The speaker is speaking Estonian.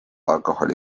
alkoholi